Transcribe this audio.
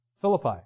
Philippi